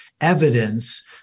evidence